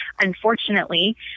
unfortunately